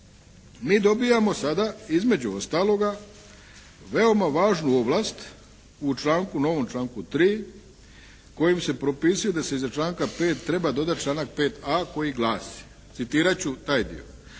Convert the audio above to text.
mi dobijamo sada između ostaloga veoma važnu ovlast u novom članku 3. kojim se propisuje da se iza članka 5. treba dodat članak 5.a., koji glasi, citirat ću taj dio: